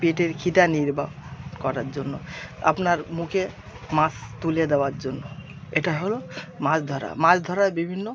পেটের খিদে নির্বাহ করার জন্য আপনার মুখে মাছ তুলে দেওয়ার জন্য এটা হলো মাছ ধরা মাছ ধরায় বিভিন্ন